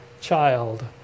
child